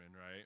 right